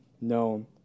known